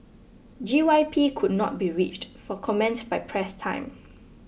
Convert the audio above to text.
G Y P could not be reached for comment by press time